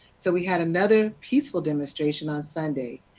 so we had another peaceful demonstration on sunday,